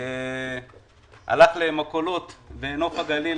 הלך למכולות בנוף הגליל,